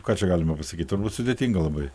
ką čia galima pasakyt turbūt sudėtinga labai